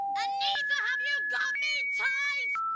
anita, have you got me tight?